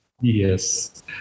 Yes